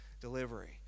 delivery